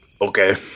Okay